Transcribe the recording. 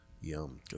Yum